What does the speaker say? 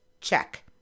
Check